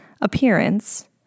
appearance